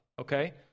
okay